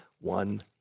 One